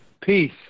Peace